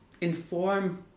inform